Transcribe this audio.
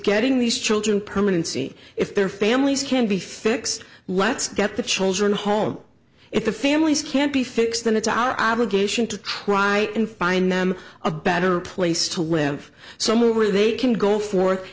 getting these children permanency if their families can be fixed let's get the children home if the families can't be fixed then it's our obligation to try and find them a better place to live somewhere where they can go forth